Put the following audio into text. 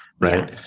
Right